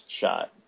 shot